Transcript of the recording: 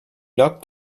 lloc